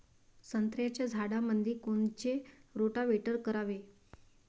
संत्र्याच्या झाडामंदी कोनचे रोटावेटर करावे?